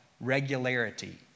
regularity